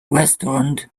restaurant